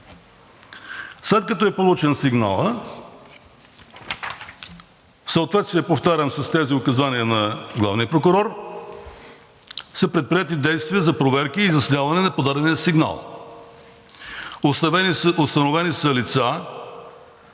След като е получен сигналът, в съответствие, повтарям, с тези указания на главния прокурор са предприети действия за проверки и изясняване на подадения сигнал. Установени са лица,